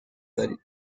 دارید